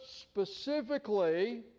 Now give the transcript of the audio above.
specifically